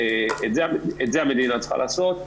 את זה המדינה צריכה לעשות.